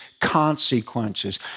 consequences